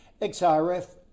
XRF